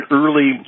early